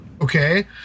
Okay